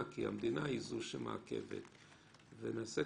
האם בדיקת תעודת זהות כשמבקשים תעודת זהות לזיהוי בן אדם